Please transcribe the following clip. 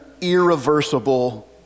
irreversible